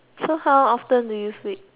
so how often do you sleep